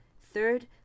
Third